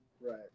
Right